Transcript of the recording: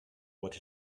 what